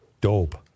Dope